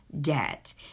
debt